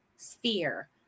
sphere